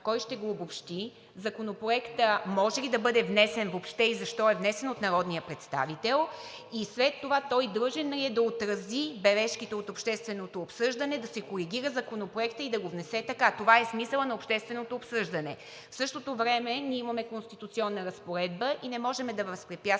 кой ще го обобщи? Законопроектът може ли да бъде внесен въобще и защо е внесен от народния представител, и след това той длъжен ли е да отрази бележките от общественото обсъждане, да си коригира законопроекта и да го внесе така? Това е смисълът на общественото обсъждане. В същото време имаме конституционна разпоредба и не можем да възпрепятстваме